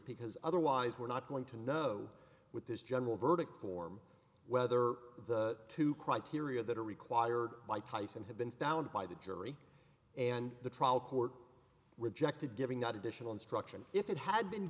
because otherwise we're not going to know with this general verdict form whether the two criteria that are required by tyson have been found by the jury and the trial court rejected giving not additional instruction if it had been